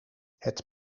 het